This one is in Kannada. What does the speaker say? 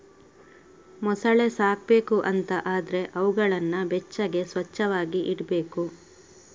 ಮೊಸಳೆ ಸಾಕ್ಬೇಕು ಅಂತ ಆದ್ರೆ ಅವುಗಳನ್ನ ಬೆಚ್ಚಗೆ, ಸ್ವಚ್ಚವಾಗಿ ಇಡ್ಬೇಕು